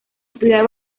estudiar